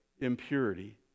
impurity